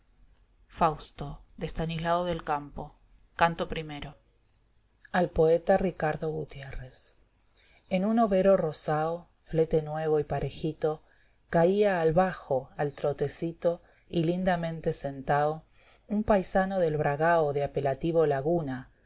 fausto por estanislao del campo fausto atí poeta ricardo gutiérrez en un overo rosao flete nuevo y parejito caía al bajo al troteeito y lindamente sentao un paisano del bragao de apelativo